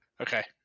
Okay